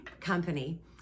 company